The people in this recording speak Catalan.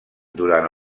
durant